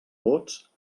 vots